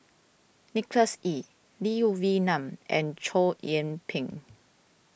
Nicholas Ee Lee Wee Nam and Chow Yian Ping